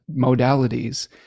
modalities